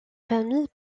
famille